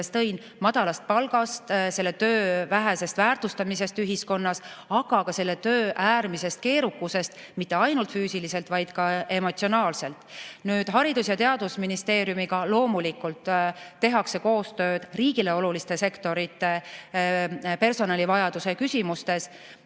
ära tõin, madalast palgast, selle töö vähesest väärtustamisest ühiskonnas, aga ka selle töö äärmisest keerukusest – mitte ainult füüsiliselt, vaid emotsionaalsest samuti. Nüüd, Haridus- ja Teadusministeeriumiga loomulikult tehakse koostööd riigile oluliste sektorite personalivajaduse küsimustes.